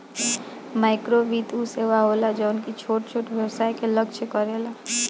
माइक्रोवित्त उ सेवा होला जवन की छोट छोट व्यवसाय के लक्ष्य करेला